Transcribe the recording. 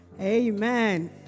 Amen